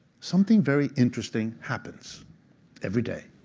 something very interesting happens every day.